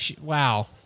Wow